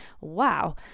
Wow